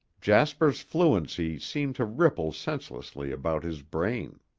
jasper's fluency seemed to ripple senselessly about his brain.